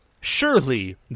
surely